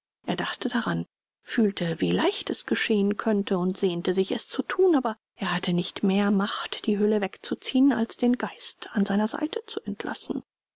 er dachte daran fühlte wie leicht es geschehen könnte und sehnte sich es zu thun aber er hatte nicht mehr macht die hülle wegzuziehen als den geist an seiner seite zu entlassen